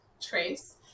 Trace